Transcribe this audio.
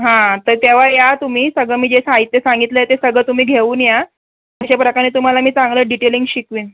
हां तर तेव्हा या तुम्ही सगळं मी जे साहित्य सांगितलं आहे ते सगळं तुम्ही घेऊन या अशाप्रकारे तुम्हाला मी चांगलं डिटेलिंग शिकवेन